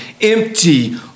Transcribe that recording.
empty